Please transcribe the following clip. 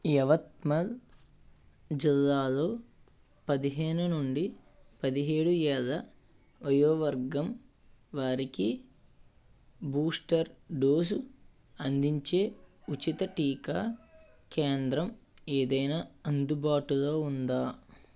యవత్మల్ జిల్లాలో పదిహేను నుండి పదిహేడు ఏళ్ళ వయోవర్గం వారికి బూస్టర్ డోసు అందించే ఉచిత టీకా కేంద్రం ఏదైనా అందుబాటులో ఉందా